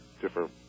different